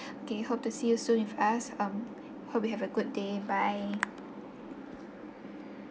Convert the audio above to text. okay hope to see you soon with us um hope you have a good day bye